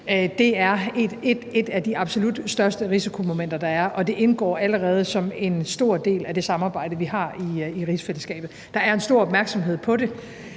er et af de absolut største risikomomenter, der er, og det indgår allerede som en stor del af det samarbejde, vi har i rigsfællesskabet. Der er en stor opmærksomhed på det;